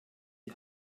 die